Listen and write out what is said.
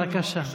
בבקשה.